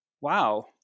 Wow